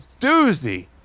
doozy